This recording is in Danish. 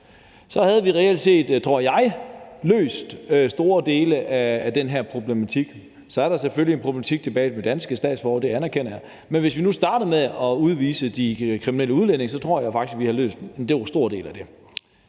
Så havde vi reelt set, tror jeg, løst store dele af den her problematik. Så er der selvfølgelig en problematik tilbage i forhold til danske statsborgere, det anerkender jeg, men hvis vi nu startede med at udvise de kriminelle udlændinge, så tror jeg faktisk, at vi havde løst en stor del af det.